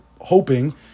hoping